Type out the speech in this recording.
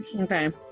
Okay